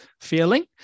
feeling